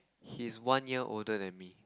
he's one year older than me